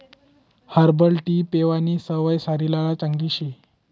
herbal tea पेवानी सवय शरीरले चांगली शे